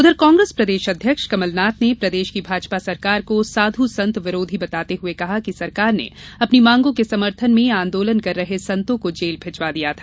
उधर कांग्रेस प्रदेश अध्यक्ष कमलनाथ ने प्रदेश की भाजपा सरकार को साधु संत विरोधी बताते हुए कहा कि सरकार ने अपनी मांगों के समर्थन में आंदोलन कर रहे संतों को जेल भिजवा दिया था